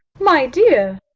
my dear!